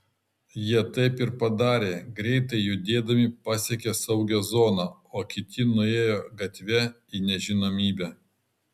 jie taip ir padarė greitai judėdami pasiekė saugią zoną o kiti nuėjo gatve į nežinomybę